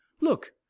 look